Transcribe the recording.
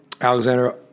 Alexander